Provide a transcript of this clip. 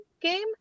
game